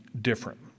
different